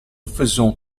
faisons